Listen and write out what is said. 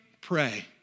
pray